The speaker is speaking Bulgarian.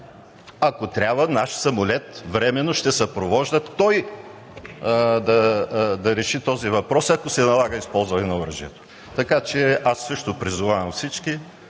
ако трябва, наш самолет временно ще съпровожда и ще се реши този въпрос, ако се налага използването на оръжие. Така че аз също призовавам всички